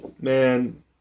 Man